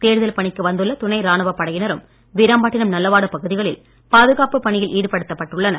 தேர்தல் பணிக்கு வந்துள்ள துணைராணுவப் படையினரும் வீராம்பட்டினம் நல்வாடு பகுதிகளில் பாதுகாப்பு பணியில் ஈடுபடுத்தப்பட்டுள்ளனர்